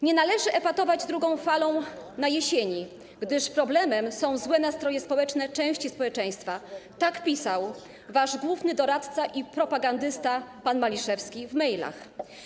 Nie należy epatować drugą falą na jesieni, gdyż problemem są złe nastroje społeczne części społeczeństwa - tak pisał wasz główny doradca i propagandysta pan Maliszewski w mailach.